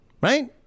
Right